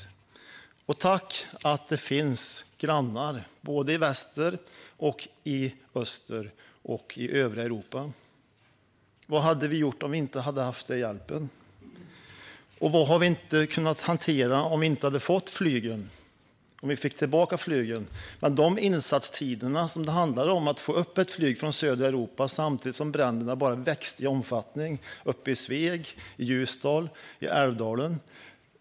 Tack för att det finns grannar i väster, i öster och i övriga Europa! Vad hade vi gjort om vi inte hade haft den hjälpen? Och vad hade vi inte kunnat hantera om vi hade fått tillbaka flygen? Men det handlar om insatstider för att få upp ett flyg från södra Europa samtidigt som bränderna har vuxit i omfattning uppe i Sveg, i Ljusdal och i Älvdalen.